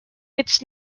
its